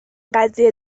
قضیه